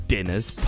Dinners